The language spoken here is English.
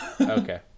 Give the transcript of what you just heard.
Okay